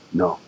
no